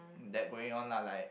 that going on lah like